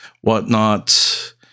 whatnot